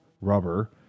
Rubber